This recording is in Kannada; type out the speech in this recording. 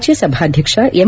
ರಾಜ್ಯಸಭಾಧ್ಯಕ್ಷ ಎಂ